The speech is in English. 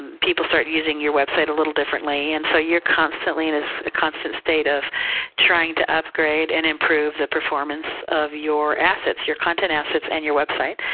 people start using your website a little differently, and so you're constantly in this constant state of trying to upgrade and improve the performance of your assets, your content assets and your website.